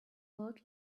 lot